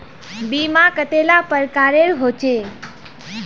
बीमा कतेला प्रकारेर होचे?